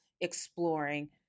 exploring